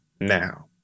Now